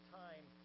time